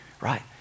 Right